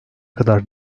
kadar